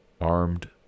armed